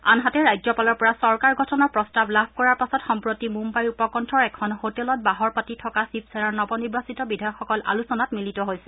আনহাতে ৰাজ্যপালৰ পৰা চৰকাৰ গঠনৰ প্ৰস্তাৱ লাভ কৰাৰ পাছত সম্প্ৰতি মুম্বাইৰ উপকণ্ঠৰ এখন হোটেলত বাহৰ পাতি থকা শিৱসেনাৰ নৱ নিৰ্বাচিত বিধায়কসকল আলোচনাত মিলিত হৈছে